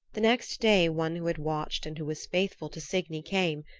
the next day one who had watched and who was faithful to signy came,